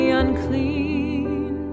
unclean